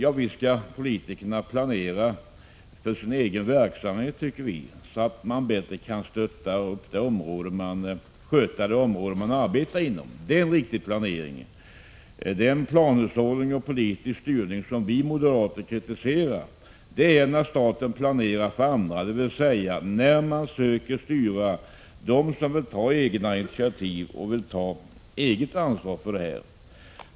Ja, visst skall politikerna planera för sin egen verksamhet så att de bättre kan sköta sitt arbete. Det är en riktig planering. Den planhushållning och politiska styrning som vi moderater kritiserar är när staten planerar för andra, dvs. när man försöker styra dem som vill ta egna initiativ och eget ansvar.